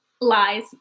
Lies